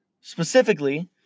specifically